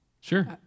Sure